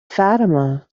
fatima